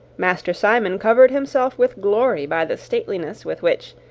master simon covered himself with glory by the stateliness with which,